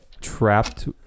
Trapped